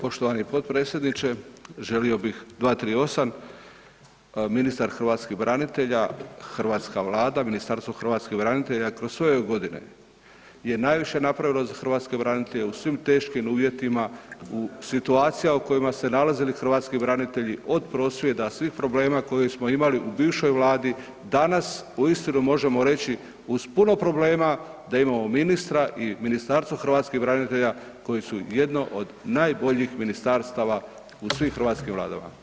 Poštovani potpredsjedniče želio bih 238., ministar hrvatskih branitelja, hrvatska Vlada, Ministarstvo hrvatskih branitelja kroz sve ove godine je naviše napravilo za hrvatske branitelje u svim teških uvjetima, situacija u kojima se nalazili hrvatski branitelji, od prosvjeda, svih problema koje smo imali u bivšoj vladi, danas uistinu možemo reći uz puno problema da imamo ministra i Ministarstvo hrvatskih branitelja koji su jedno od najboljih ministarstava u svim hrvatskim vladama.